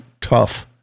tough